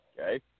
Okay